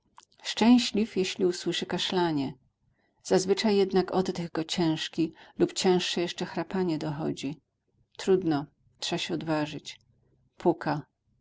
szczęśliw jeśli usłyszy kaszlanie zazwyczaj jednak oddech go ciężki lub cięższe jeszcze chrapanie dochodzi trudno trza się odważyć puka